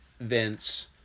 Vince